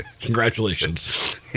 Congratulations